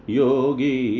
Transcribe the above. yogi